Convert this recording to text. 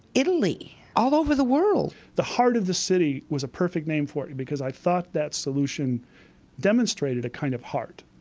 italy, all over the world! the heart of the city was a perfect name for it because i thought that solution demonstrated a kind of heart.